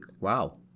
wow